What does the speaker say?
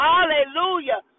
Hallelujah